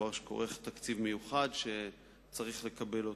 כי זה דבר שכרוך בו תקציב מיוחד שצריך לקבל אותו.